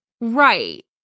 Right